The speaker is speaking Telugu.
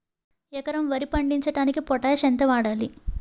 ఎకరం వరి పండించటానికి పొటాష్ ఎంత వాడాలి?